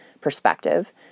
perspective